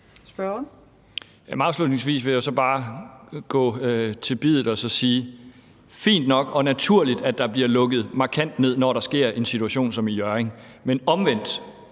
Pedersen (V): Afslutningsvis vil jeg så bare gå til biddet og sige: Fint nok, og naturligt, at der bliver lukket markant ned, når der opstår en situation som i Hjørring. Men omvendt: